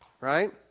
right